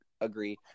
agree